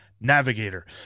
navigator